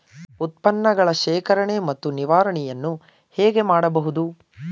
ಉತ್ಪನ್ನಗಳ ಶೇಖರಣೆ ಮತ್ತು ನಿವಾರಣೆಯನ್ನು ಹೇಗೆ ಮಾಡಬಹುದು?